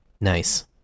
Nice